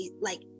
like-